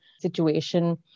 situation